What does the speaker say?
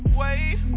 wait